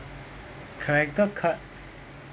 character card